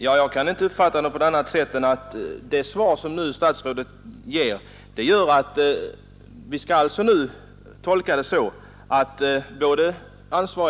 Herr talman! Det besked som vi nu fått kan jag inte tolka på annat sätt än att både